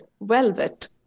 velvet